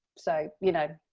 so, you know,